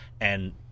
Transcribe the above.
And-